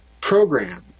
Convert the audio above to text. program